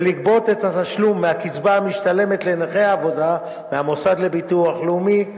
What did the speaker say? ולגבות את התשלום מהקצבה המשתלמת לנכה העבודה מהמוסד לביטוח לאומי,